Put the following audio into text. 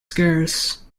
scarce